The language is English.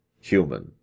human